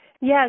Yes